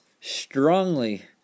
strongly